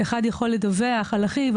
אחד יכול לדווח על אחיו,